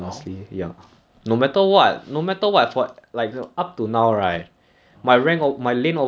it's okay man I get your feeling by john for doing the correct thing yes sir I also know how it feels bro